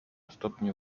stopniu